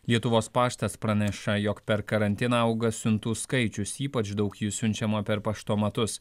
lietuvos paštas praneša jog per karantiną auga siuntų skaičius ypač daug jų siunčiama per paštomatus